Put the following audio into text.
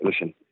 listen